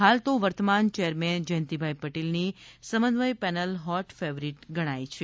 હાલ તો વર્તમાન ચેરમેન જયંતિભાઇ પટેલની સમન્વય પેનલ હોટ ફેવરીટ ગણાય છિ